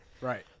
Right